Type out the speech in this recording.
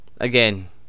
Again